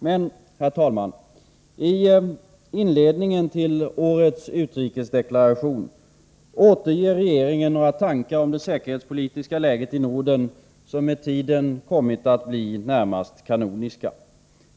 Men, herr talman, i inledningen till årets utrikesdeklaration återger regeringen några tankar om det säkerhetspolitiska läget i Norden som med tiden kommit att bli närmast kanoniska.